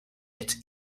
its